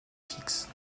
fixe